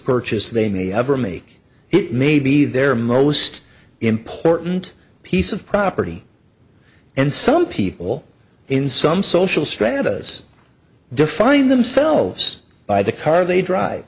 may ever make it may be their most important piece of property and some people in some social stratas define themselves by the car they drive